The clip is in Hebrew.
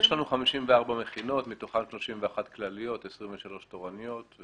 יש 54 מכינות מתוכן 31 כלליות ו-23 תורניות.